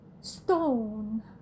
stone